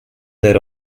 their